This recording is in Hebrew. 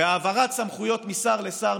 בהעברת סמכויות משר לשר,